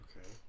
Okay